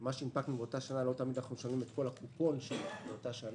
מה שהנפקנו באותה שנה לא תמיד אנחנו משלמים את כל החשבון של אותה שנה.